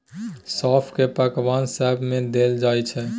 सौंफ केँ पकबान सब मे देल जाइ छै